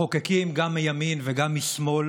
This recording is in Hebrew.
מחוקקים גם מימין וגם משמאל